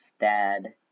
Dad